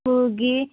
ꯁ꯭ꯀꯨꯜꯒꯤ